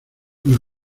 una